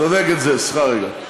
צודקת, זה "ס'חה רגע".